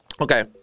okay